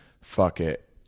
fuck-it